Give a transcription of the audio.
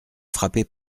frappés